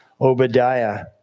Obadiah